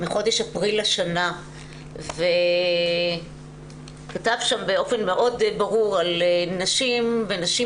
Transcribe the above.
מחודש אפריל השנה והוא כתב שם באופן מאוד ברור על נשים ונשים